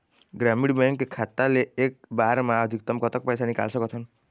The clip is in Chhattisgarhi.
ग्रामीण बैंक के खाता ले एक बार मा अधिकतम कतक पैसा निकाल सकथन?